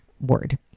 word